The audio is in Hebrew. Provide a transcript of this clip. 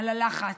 על הלחץ,